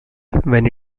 when